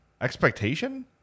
expectation